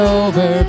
over